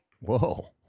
Whoa